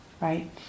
right